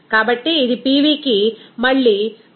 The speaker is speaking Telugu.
కాబట్టి అది PV కి మళ్ళీ znRTసమానం